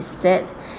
sad